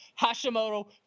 Hashimoto